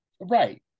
Right